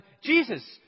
Jesus